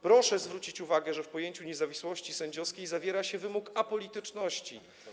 Proszę zwrócić uwagę, że w pojęciu niezawisłości sędziowskiej zawiera się wymóg apolityczności.